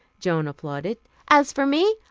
joan applauded. as for me,